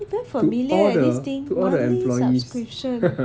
damn familiar leh this thing monthly subscription